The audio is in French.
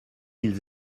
ils